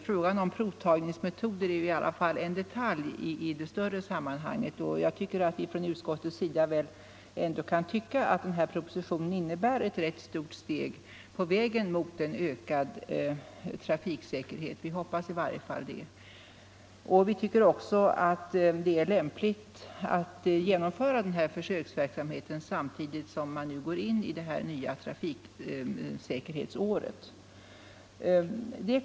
Frågan om provtagningsmetoder är en detalj i detta större sammanhang. Utskottet tycker att denna proposition innebär ett rätt stort steg på vägen mot en ökad trafiksäkerhet — vi hoppas i varje fall det. Vi tycker också att det är lämpligt att genomföra denna försöksverksamhet samtidigt som vi nu går in i trafiksäkerhetsåret.